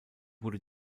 wurde